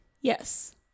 Yes